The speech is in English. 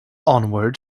onward